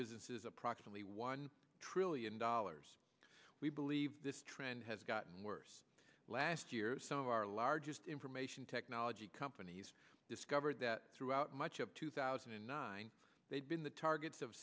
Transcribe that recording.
businesses approximately one trillion dollars we believe this trend has gotten worse last year some of our largest information technology companies discovered that throughout much of two thousand and nine they've been the targets of